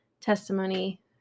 testimony